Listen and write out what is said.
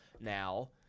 now